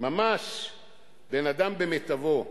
ממש בן-אדם במיטבו.